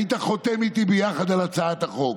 היית חותם איתי ביחד על הצעת החוק.